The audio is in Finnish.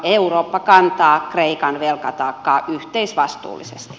eurooppa kantaa kreikan velkataakkaa yhteisvastuullisesti